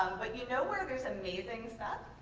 but you know where there's amazing stuff?